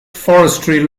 forestry